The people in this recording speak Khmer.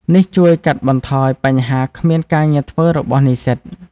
នេះជួយកាត់បន្ថយបញ្ហាគ្មានការងារធ្វើរបស់និស្សិត។